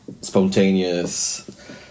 spontaneous